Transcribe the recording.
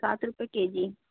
सात रुपये के जी